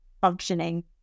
functioning